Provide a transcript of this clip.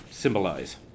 Symbolize